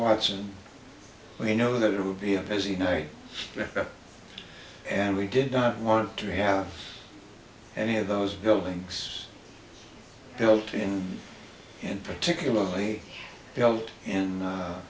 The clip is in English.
watson we know that it would be a busy night and we did not want to have any of those buildings built in and particularly built in